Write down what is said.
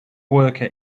worker